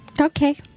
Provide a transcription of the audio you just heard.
Okay